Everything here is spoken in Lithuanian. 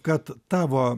kad tavo